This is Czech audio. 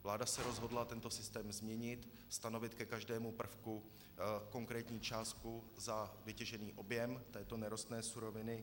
Vláda se rozhodla tento systém změnit, stanovit ke každému prvku konkrétní částku za vytěžený objem této nerostné suroviny.